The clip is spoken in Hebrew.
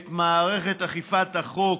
את מערכת אכיפת החוק,